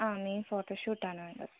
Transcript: ആണ് ഫോട്ടോഷൂട്ട് ആണ് വേണ്ടത്